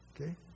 Okay